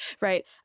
right